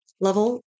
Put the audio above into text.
level